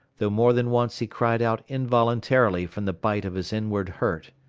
though more than once he cried out involuntarily from the bite of his inward hurt.